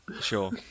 sure